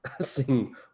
Sing